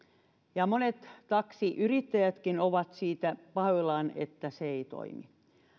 ja monet taksiyrittäjätkin ovat siitä pahoillaan että se ei toimi